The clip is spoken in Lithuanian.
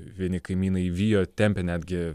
vieni kaimynai vijo tempė netgi